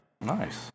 Nice